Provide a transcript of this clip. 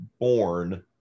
born